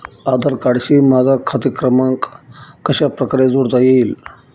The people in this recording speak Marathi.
आधार कार्डशी माझा खाते क्रमांक कशाप्रकारे जोडता येईल?